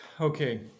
Okay